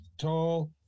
tall